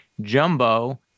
Jumbo